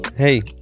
Hey